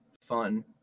fun